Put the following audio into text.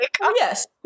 Yes